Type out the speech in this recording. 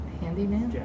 handyman